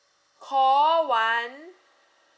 call one